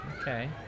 Okay